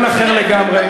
אדוני היושב-ראש,